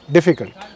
Difficult